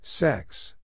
Sex